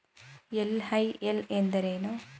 LIL ಎಂದರೇನು?